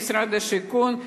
במשרד הבינוי והשיכון,